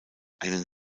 einen